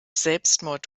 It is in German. selbstmord